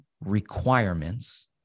requirements